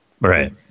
right